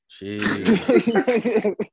Jeez